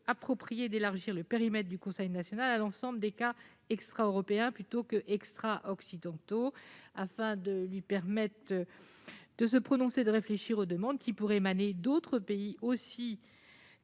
approprié d'élargir le périmètre du conseil national à l'ensemble des cas extra-européens, plutôt qu'extra-occidentaux, afin de lui permettre de se prononcer sur les demandes qui pourraient émaner d'autres pays eux